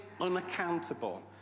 unaccountable